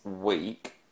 week